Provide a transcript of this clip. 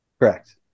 Correct